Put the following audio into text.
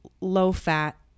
low-fat